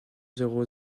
zéro